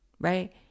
Right